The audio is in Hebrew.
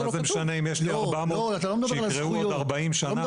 מה זה משנה אם יש לי 400 שייבנו עוד 40 שנה,